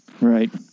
Right